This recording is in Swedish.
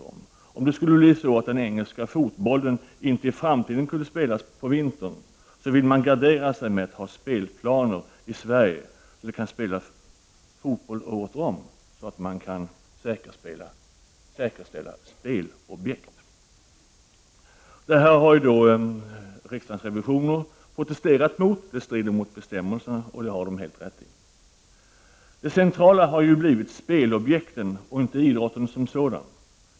Om det i framtiden skulle bli så att den engelska fotbollen inte kan spelas på vintern vill man gardera sig med att ha spelplaner i Sverige, så att det kan spelas fotboll året om och spelobjekt säkerställas. Detta har riksdagens revisorer protesterat mot, på grund av att det strider mot bestämmelserna, och det är helt riktigt. Det centrala har blivit spelobjekten och inte idrotten som sådan.